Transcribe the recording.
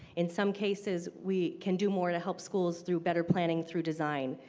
in some cases we can do more to help schools through better planning through design,